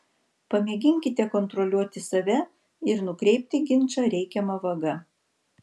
pamėginkite kontroliuoti save ir nukreipti ginčą reikiama vaga